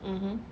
mmhmm